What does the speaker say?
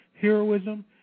heroism